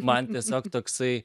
man tiesiog toksai